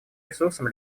ресурсом